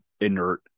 inert